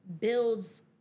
builds